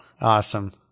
Awesome